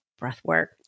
Breathwork